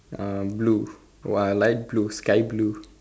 um blue oh ah light blue sky blue